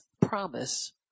promise